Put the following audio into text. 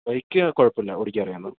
bike ആ കുഴപ്പമില്ല ഓടിക്കാൻ അറിയാവുന്നതാണ്